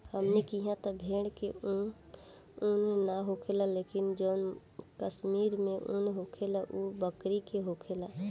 हमनी किहा त भेड़ के उन ना होखेला लेकिन जवन कश्मीर में उन होखेला उ बकरी के होखेला